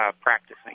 practicing